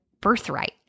birthright